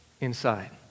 inside